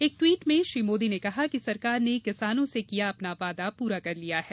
एक ट्वीट में श्री मोदी ने कहा कि सरकार ने किसानों से किया अपना वादा पूरा कर दिया है